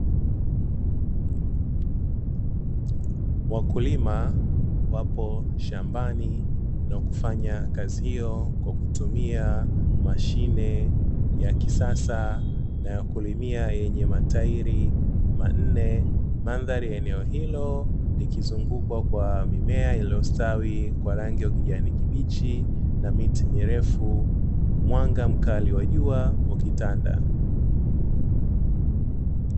Wakulima wapo shambani na kufanya kazi hiyo kwa kutumia mashine ya kisasa na kulimia yenye matairi manne madhari ya eneo hilo likizungukwa kwa mimea iliyostawi kwa rangi ya kijani kibichi na miti mirefu mwanga mkali wa jua ukitanda.